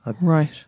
Right